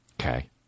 Okay